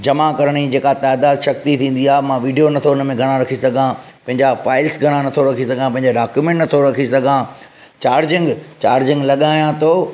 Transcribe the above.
जमा करण जी जेका तइदादु शक्ति थींदी आहे मां विडियो नथो उनमें घणा रखी सघां पंहिंजा फाइल्स घणा नथो रखी सघां पंहिंजा डाक्यूमेंट्स नथो रखी सघां चार्जिंग चार्जिंग लॻायां थो